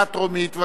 קריאה טרומית.